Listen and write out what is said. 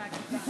לשבת.